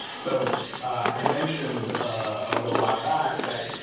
so i mentioned a little while back that